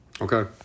Okay